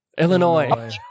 Illinois